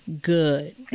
good